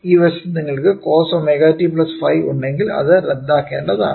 ഈ വശത്ത് നിങ്ങൾക്ക് കോസ് ω t ϕ ഉണ്ടെങ്കിൽ അത് റദ്ദാക്കേണ്ടതാണ്